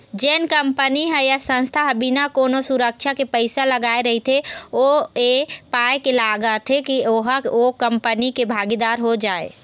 जेन कंपनी ह या संस्था ह बिना कोनो सुरक्छा के पइसा लगाय रहिथे ओ ऐ पाय के लगाथे के ओहा ओ कंपनी के भागीदार हो जाय